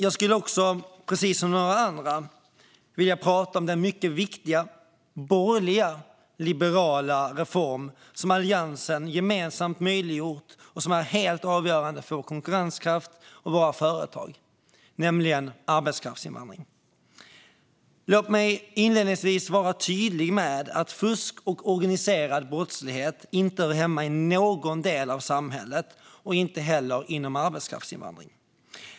Jag skulle också, precis som några andra, vilja prata om den mycket viktiga borgerliga, liberala reform som Alliansen gemensamt möjliggjort och som är helt avgörande för vår konkurrenskraft och våra företag, nämligen arbetskraftsinvandring. Låt mig inledningsvis vara tydlig med att fusk och organiserad brottslighet inte hör hemma i någon del av samhället och inte heller inom arbetskraftsinvandring.